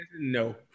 No